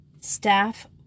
staff